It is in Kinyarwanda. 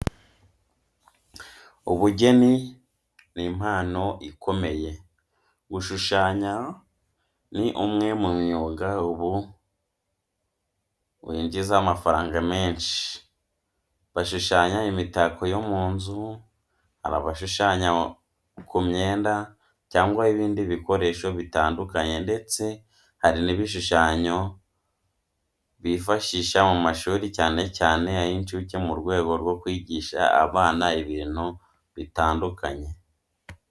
Ubugeni ni impano ikomeye. Gushushanya ni umwe mu myuga ubu winjiza amafaranga menshi. Bashushanya imitako yo mu nzu, hari abashushanya ku myenda cyangwa ibindi bikoresho bitandukanye ndetse hari n'ibishushanyo bifashisha mu mashuri cyane cyane ay'incuke mu rwego rwo kwigisha abana ibintu bitandukanye.